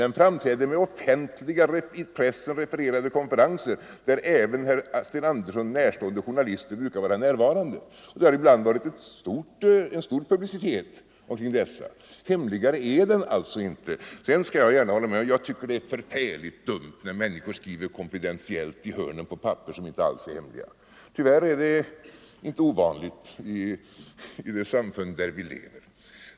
Den framträder med offentliga, i pressen refererade konferenser, där även herr Sten Andersson närstående journalister brukar vara närvarande, och det har ibland varit stor publicitet omkring dessa. Hemligare är den alltså inte: Jag skall gärna hålla med om att det är förfärligt dumt när man skriver ”Konfidentiellt” i hörnen på papper som inte alls är hemliga. Tyvärr är det inte ovanligt i det samfund där vi lever.